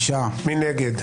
מי נגד?